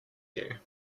you